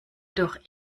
doch